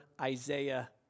Isaiah